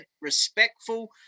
respectful